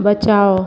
बचाओ